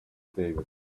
davis